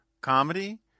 comedy